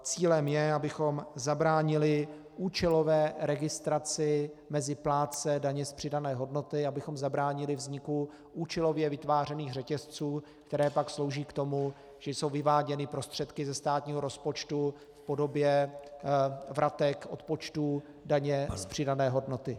Cílem je, abychom zabránili účelové registraci mezi plátce daně z přidané hodnoty, abychom zabránili vzniku účelově vytvářených řetězců, které pak slouží k tomu, že jsou vyváděny prostředky ze státního rozpočtu v podobě vratek odpočtů daně z přidané hodnoty.